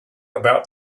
about